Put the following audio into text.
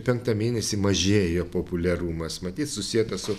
penktą mėnesį mažėja populiarumas matyt susietas su